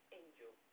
angel